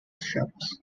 shops